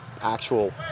actual